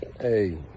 Hey